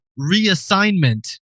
reassignment